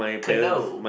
canoe